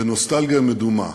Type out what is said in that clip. בנוסטלגיה מדומה,